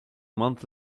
months